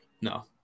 no